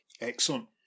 Excellent